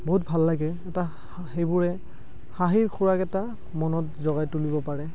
বহুত ভাল লাগে এটা সেইবোৰে হাঁহিৰ খোৰাক এটা মনত জগাই তুলিব পাৰে